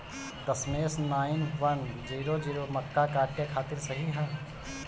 दशमेश nine one zero zero मक्का काटे खातिर सही ह?